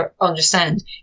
understand